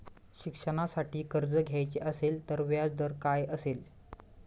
शिक्षणासाठी कर्ज घ्यायचे असेल तर व्याजदर काय असेल?